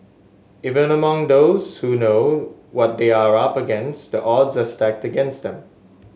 even among those who know what they are up against the odds are stacked against them